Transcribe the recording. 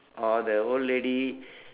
or the old lady